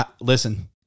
Listen